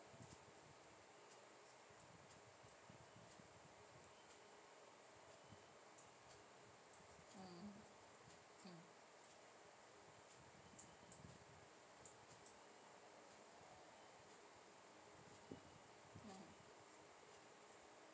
mm mm mm